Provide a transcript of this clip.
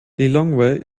lilongwe